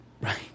Right